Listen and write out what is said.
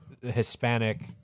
Hispanic